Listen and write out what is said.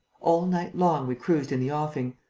all night long, we cruised in the offing.